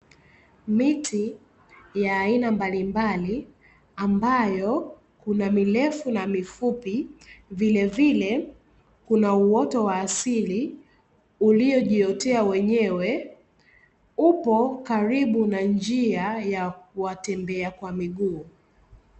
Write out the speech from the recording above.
Miti ya aina mbali mbali ambayo kuna mirefu na mifupi, vilevile kuna uoto wa asili uliojiotea wenyewe upo karibu na njia ya watembea kwa miguu.